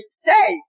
stay